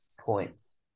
points